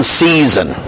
season